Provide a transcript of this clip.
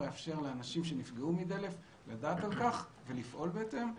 לאפשר לאנשים שנפגעו מדלף לדעת על כך ולפעול בהתאם.